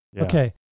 Okay